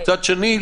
מצד שני,